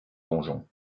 donjon